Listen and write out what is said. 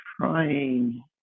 trying